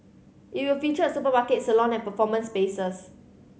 it will feature a supermarket salon and performance spaces